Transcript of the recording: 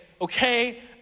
okay